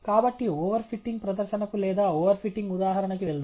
కాబట్టి overfitting ప్రదర్శనకు లేదా ఓవర్ ఫిట్టింగ్ ఉదాహరణకి వెళ్దాం